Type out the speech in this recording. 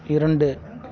இரண்டு